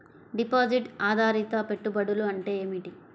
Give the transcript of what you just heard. Deposit ఆధారిత పెట్టుబడులు అంటే ఏమిటి?